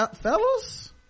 fellas